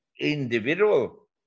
individual